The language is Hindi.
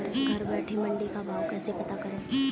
घर बैठे मंडी का भाव कैसे पता करें?